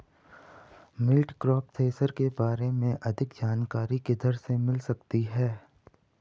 Multicrop thresher के बारे में अधिक जानकारी किधर से मिल सकती है?